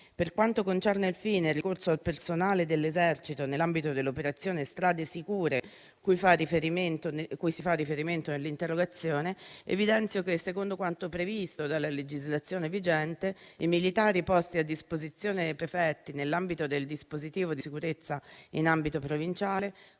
Per quanto concerne, infine, il ricorso al personale dell'Esercito, nell'ambito dell'operazione Strade sicure - cui si fa riferimento nell'interrogazione - evidenzio che, secondo quanto previsto dalla legislazione vigente, i militari posti a disposizione dei prefetti, nell'ambito del dispositivo di sicurezza in ambito provinciale,